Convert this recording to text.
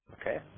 Okay